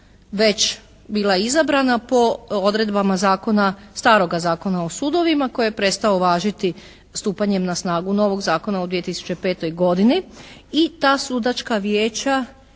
već bila izabrana po odredbama zakona, staroga Zakona o sudovima koji je prestao važiti stupanjem na snagu novog Zakona u 2005. godini i ta sudačka vijeća